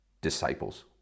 disciples